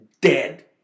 dead